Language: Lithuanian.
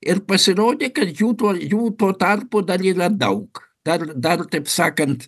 ir pasirodė kad jų to jų tuo tarpu dar yra daug dar dar taip sakant